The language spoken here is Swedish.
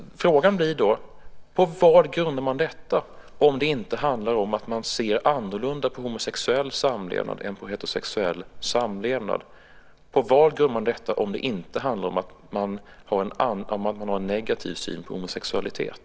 Frågan blir då: På vad grundar man detta om det inte handlar om att man ser annorlunda på homosexuell samlevnad än på heterosexuell samlevnad? På vad grundar man detta om det inte handlar om att man har en negativ syn på homosexualitet?